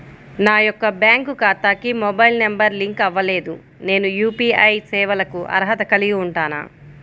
నా యొక్క బ్యాంక్ ఖాతాకి మొబైల్ నంబర్ లింక్ అవ్వలేదు నేను యూ.పీ.ఐ సేవలకు అర్హత కలిగి ఉంటానా?